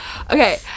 Okay